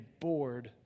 bored